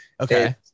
Okay